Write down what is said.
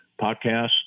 podcast